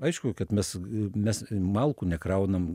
aišku kad mes mes malkų nekraunam